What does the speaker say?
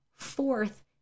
Fourth